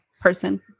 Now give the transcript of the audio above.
Person